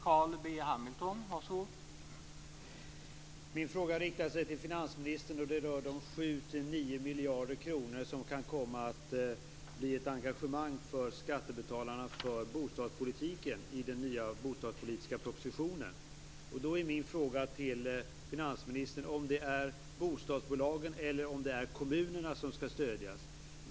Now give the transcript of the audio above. Herr talman! Min fråga riktar sig till finansministern och rör de 7-9 miljarder kronor som kan komma att bli ett engagemang för skattebetalarna för bostadspolitiken enligt den nya bostadspolitiska propositionen. Är det bostadsbolagen eller kommunerna som skall stödjas?